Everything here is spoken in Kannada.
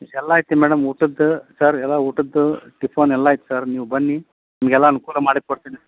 ಎಲ್ಲಾ ಐತೆ ಮೇಡಮ್ ಊಟದ್ದು ಸರ್ ಎಲ್ಲ ಊಟದ್ದು ಟಿಫನ್ ಎಲ್ಲ ಐತೆ ಸರ್ ನೀವು ಬನ್ನಿ ನಿಮಗೆಲ್ಲ ಅನುಕೂಲ ಮಾಡಿ ಕೊಡ್ತೀನಿ